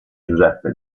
giuseppe